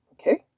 Okay